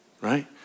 Right